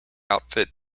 outfit